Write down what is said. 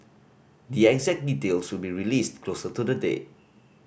the exact details will be released closer to the date